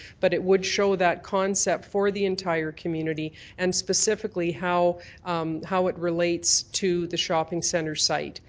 but it would show that concept for the entire community, and specifically how how it relates to the shopping centre site,